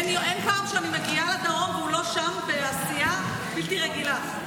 אין פעם שאני לא מגיעה לדרום והוא בעשייה בלתי רגילה.